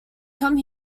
come